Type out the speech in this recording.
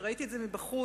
כשראיתי את זה מבחוץ,